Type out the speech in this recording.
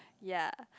ya